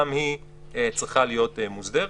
גם היא צריכה להיות מוסדרת.